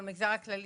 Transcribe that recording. למגזר הכללי,